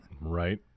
Right